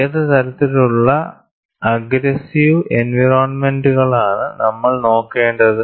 ഏത് തരത്തിലുള്ളഅഗ്ഗ്രസിവ് എൻവയറോണ്മെന്റുകളാണ് നമ്മൾ നോക്കേണ്ടത്